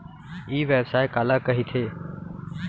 ई व्यवसाय काला कहिथे?